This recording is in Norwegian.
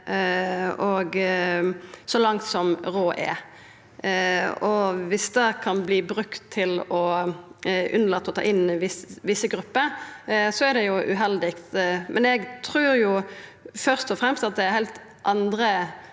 så langt som råd er. Viss det kan verta brukt til å unnlata å ta inn visse grupper, er det uheldig. Men eg trur først og fremst det er heilt andre